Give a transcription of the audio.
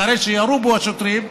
אחרי שירו בו השוטרים,